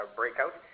breakout